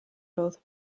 both